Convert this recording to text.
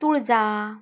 Tulja